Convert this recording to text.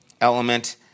element